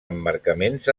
emmarcaments